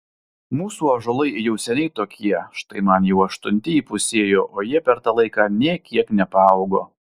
mūsų ąžuolai jau seniai tokie štai man jau aštunti įpusėjo o jie per tą laiką nė kiek nepaaugo